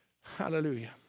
Hallelujah